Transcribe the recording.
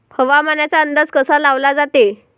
हवामानाचा अंदाज कसा लावला जाते?